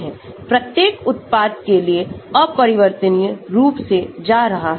प्रत्येक उत्पाद के लिए अपरिवर्तनीय रूप से जा रहा है